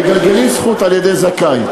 מגלגלים זכות על-ידי זכאי,